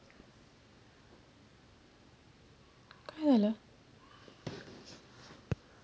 वैयक्तिक कर्ज मिळेल का?